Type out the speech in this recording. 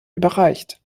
überreicht